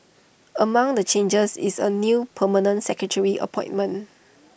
among the changes is A new permanent secretary appointment